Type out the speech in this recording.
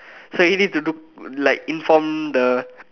so he need to do like inform the